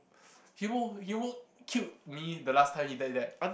he would he would killed me the last time he did that